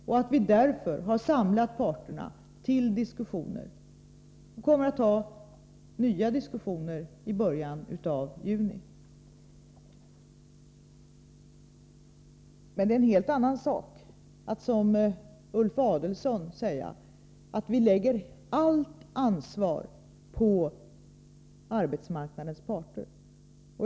Vi har därför samlat parterna till diskussioner, och vi kommer att ha nya diskussioner i början av juni. Men det är en helt annan sak att som Ulf Adelsohn säga att man lägger allt ansvar på arbetsmarknadens parter.